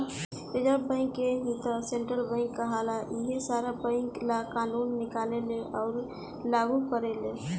reserve Bank के ही त सेन्ट्रल बैंक कहाला इहे सारा बैंक ला कानून निकालेले अउर लागू करेले